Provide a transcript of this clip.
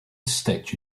state